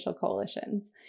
coalitions